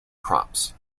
crops